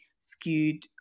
skewed